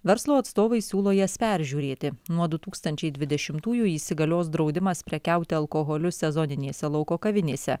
verslo atstovai siūlo jas peržiūrėti nuo du tūkstančiai dvidešimtųjų įsigalios draudimas prekiauti alkoholiu sezoninėse lauko kavinėse